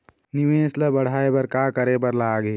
निवेश ला बड़हाए बर का करे बर लगही?